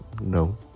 no